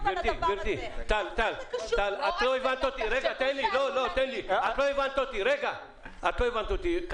טל, אני מקווה שהבנת אותי.